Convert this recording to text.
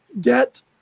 debt